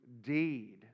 deed